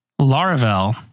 Laravel